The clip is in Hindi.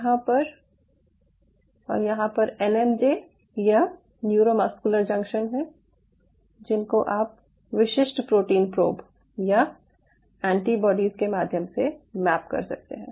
यहां पर यहाँ पर एनएमजे या न्यूरोमस्कुलर जंक्शन हैं जिनको आप विशिष्ट प्रोटीन प्रोब या एंटीबॉडीज़ के माध्यम से मैप कर सकते हैं